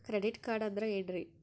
Credit card ಅಂದ್ರ ಏನ್ರೀ?